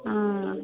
आं